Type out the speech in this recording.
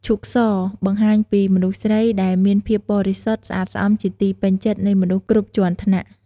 ឈូកស បង្ហាញពីមនុស្សស្រីដែលមានភាពបរិសុទ្ធ ស្អាតស្អំជាទីពេញចិត្តនៃមនុស្សគ្រប់ជាន់ថ្នាក់។